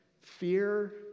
Fear